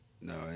No